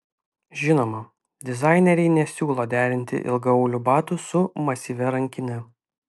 žinoma dizaineriai nesiūlo derinti ilgaaulių batų su masyvia rankine